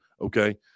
okay